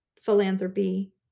philanthropy